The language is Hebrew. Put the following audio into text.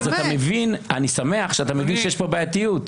אני שמח שאתה מבין שיש פה בעייתיות.